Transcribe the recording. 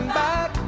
back